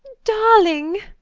darling.